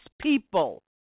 people